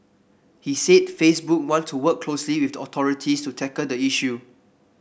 he said Facebook want to work closely with authorities to tackle the issue